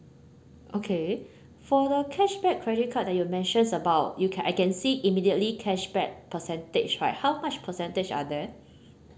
okay for the cashback credit card that you mentions about you can I can see immediately cashback percentage right how much percentage are there